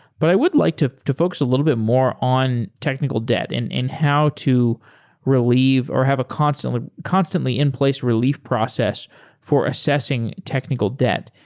but i would like to to focus a little bit more on technical debt and how to relieve or have a constantly constantly in place relief process for assessing technical debt.